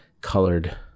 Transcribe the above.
colored